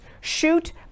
shoot